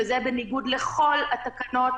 וזה בניגוד לכל התקנות,